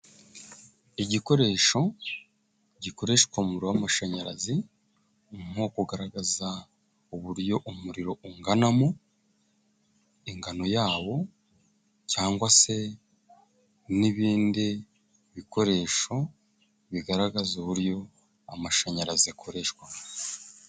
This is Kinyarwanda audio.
Igikoresho gikoreshwa mu muriro w'amashanyarazi nko kugaragaza uburyo umuriro unganamo, ingano yawo cyangwa se n'ibindi bikoresho bigaragaza uburyo amashanyarazi akoreshwa.